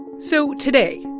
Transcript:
so today,